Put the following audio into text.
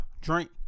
Drink